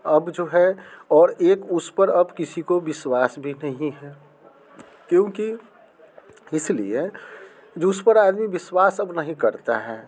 अब जो है और एक उस पर अब किसी को विश्वास भी नहीं है क्योंकि इस लिए जो उस पर आदमी विश्वास अब नहीं करता है